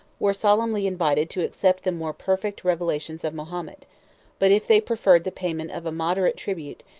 were solemnly invited to accept the more perfect revelation of mahomet but if they preferred the payment of a moderate tribute,